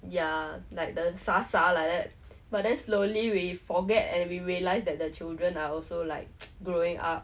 ya like the 傻傻 like that but then slowly we forget and we realize that the children are also like growing up